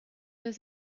does